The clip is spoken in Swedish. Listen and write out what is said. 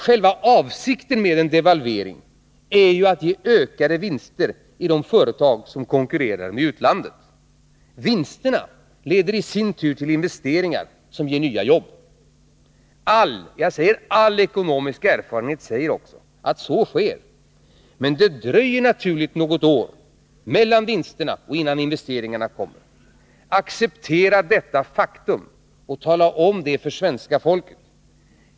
Själva avsikten med en devalvering är ju att ge ökade vinster i de företag som konkurrerar med utlandet. Vinsterna leder i sin tur till investeringar, som ger nya jobb. All ekonomisk erfarehet säger också att så sker, men det dröjer naturligt nog något år mellan vinsterna och investeringarna. Acceptera detta faktum och tala om det för svenska folket!